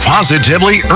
Positively